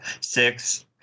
six